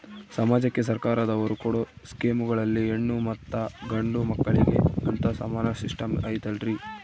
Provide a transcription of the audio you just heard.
ಸಮಾಜಕ್ಕೆ ಸರ್ಕಾರದವರು ಕೊಡೊ ಸ್ಕೇಮುಗಳಲ್ಲಿ ಹೆಣ್ಣು ಮತ್ತಾ ಗಂಡು ಮಕ್ಕಳಿಗೆ ಅಂತಾ ಸಮಾನ ಸಿಸ್ಟಮ್ ಐತಲ್ರಿ?